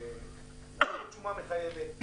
שתהיה שומה מחייבת.